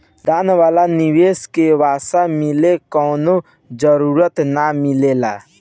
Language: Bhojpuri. दान वाला निवेश के वापस मिले कवनो जरूरत ना मिलेला